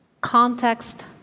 context